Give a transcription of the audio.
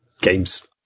games